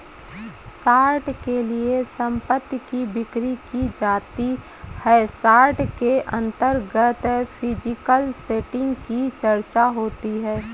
short के लिए संपत्ति की बिक्री की जाती है शॉर्ट के अंतर्गत फिजिकल सेटिंग की चर्चा होती है